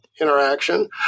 interaction